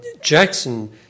Jackson